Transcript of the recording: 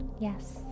Yes